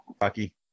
Rocky